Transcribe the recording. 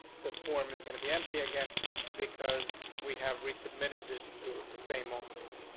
the form is going to be empty again because we have resubmitted this to the same old page.